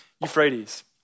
Euphrates